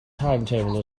timetable